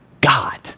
God